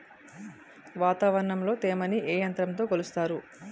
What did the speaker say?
వాతావరణంలో తేమని ఏ యంత్రంతో కొలుస్తారు?